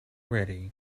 ready